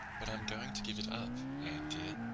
but i'm going to give it up, anne dear,